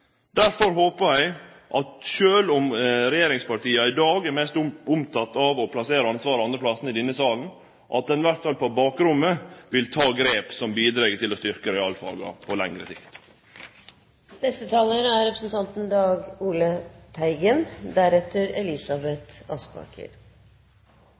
Derfor håper eg at sjølv om regjeringspartia i dag er mest opptekne av å plassere ansvaret andre plassar enn i denne salen, vil dei i alle fall på bakrommet ta grep som bidreg til å styrkje realfaga på lengre